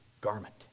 garment